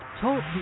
Talk